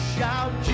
Shout